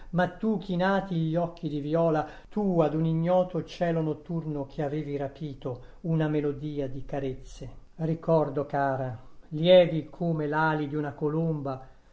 ma tu chinati gli occhi di viola tu ad un ignoto cielo notturno che avevi rapito una melodia di carezze ricordo cara lievi come l'ali di una colomba